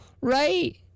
right